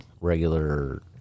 regular